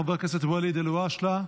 חבר הכנסת ואליד אלהואשלה,